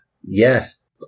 yes